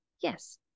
yes